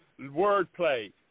wordplay